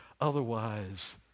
Otherwise